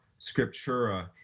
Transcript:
scriptura